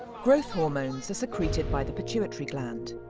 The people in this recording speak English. growth hormones are secreted by the pituitary gland.